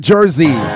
Jersey